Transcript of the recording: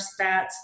stats